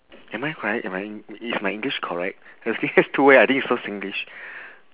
am I correct am I is my english correct it has two ways I think it's so singlish